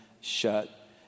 shut